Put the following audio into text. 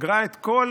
סגרה את הכול,